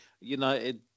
United